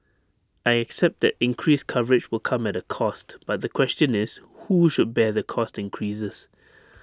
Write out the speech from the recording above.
I accept that increased coverage will come at A cost but the question is who should bear the cost increases